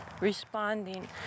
responding